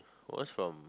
was from